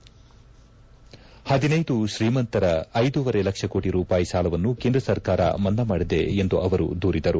ಪದಿನೈದು ಶ್ರೀಮಂತರ ಐದೂವರೆ ಲಕ್ಷ ಕೋಟಿ ರೂಪಾಯಿ ಸಾಲವನ್ನು ಕೇಂದ್ರ ಸರ್ಕಾರ ಮನ್ನಾ ಮಾಡಿದೆ ಎಂದು ಅವರು ದೂರಿದರು